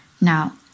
Now